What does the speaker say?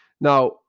now